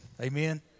amen